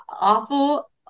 awful